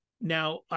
Now